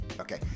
Okay